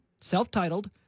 self-titled